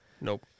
Nope